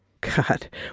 God